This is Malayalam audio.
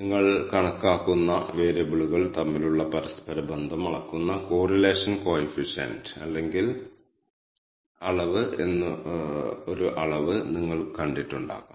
നിങ്ങളുടെ ഡാറ്റ ഫ്രെയിം ട്രിപ്പ് ഡീറ്റൈൽസിൽ സമ്മറി കമാൻഡ് എക്സിക്യൂട്ട് ചെയ്യുമ്പോൾ നിങ്ങളുടെ ഡാറ്റ ഫ്രെയിമിലെ എല്ലാ